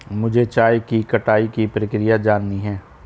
मुझे चाय की कटाई की प्रक्रिया जाननी है